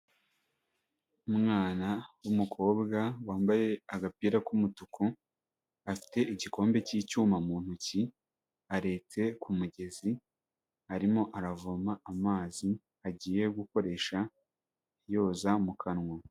Umwana w'umukobwa wambaye agapira k'umutuku afite igikombe cy'icyuma mu ntoki, aretse ku mugezi arimo aravoma amazi agiye gukoresha yoza mu kanwa.